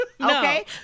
Okay